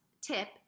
Tip